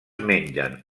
mengen